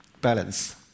balance